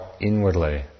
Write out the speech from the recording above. inwardly